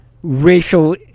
Racial